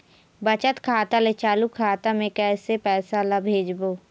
बचत खाता ले चालू खाता मे कैसे पैसा ला भेजबो?